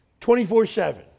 24-7